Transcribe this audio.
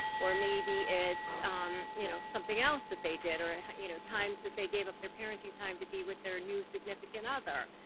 or maybe it's you know something else that they did, or ah you know times that they gave up their parenting time to be with their new significant other.